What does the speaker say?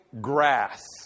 grass